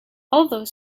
although